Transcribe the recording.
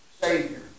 Savior